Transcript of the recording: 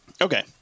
Okay